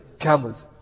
camels